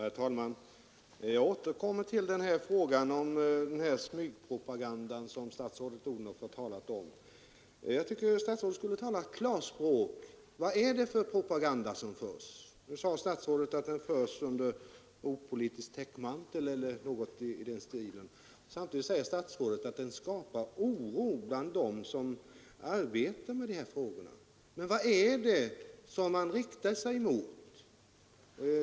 Herr talman! Jag återkommer till frågan om den smygpropaganda som statsrådet Odhnoff här talat om. Jag tycker att statsrådet skulle tala klarspråk. Vad är det för propaganda som förs? Nu säger statsrådet att den bedrivs under opolitisk täckmantel, eller något sådant. Samtidigt säger statsrådet att den skapar oro bland dem som arbetar med dessa frågor. Men vad är det som man riktar sig mot?